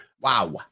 Wow